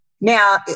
Now